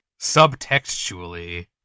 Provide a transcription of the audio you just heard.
subtextually